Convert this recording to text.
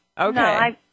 Okay